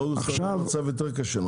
באוגוסט המצב יהיה יותר קשה.